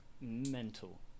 Mental